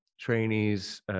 trainees